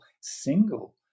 single